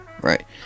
right